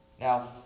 Now